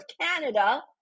Canada